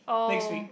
next week